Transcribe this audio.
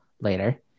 later